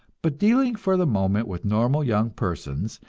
but dealing for the moment with normal young persons,